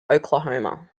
oklahoma